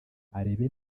arebe